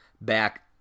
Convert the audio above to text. back